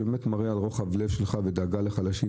זה באמת מראה על רוחב הלב שלך והדאגה שלך לחלשים,